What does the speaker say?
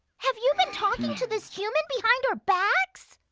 have you been talking to this human behind our backs?